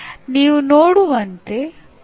ನಾವು ನೋಡುವಂತೆ ಹಲವಾರು ವಿನ್ಯಾಸ ಶಾಸ್ತ್ರಗಳಿವೆ